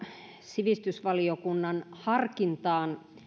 sivistysvaliokunnan harkintaan